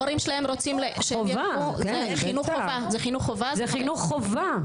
זה חינוך חובה.